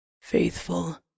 Faithful